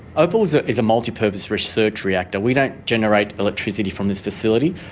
opal is ah is a multipurpose research reactor. we don't generate electricity from this facility.